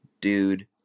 Dude